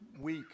week